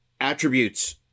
attributes